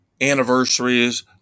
anniversaries